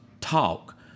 talk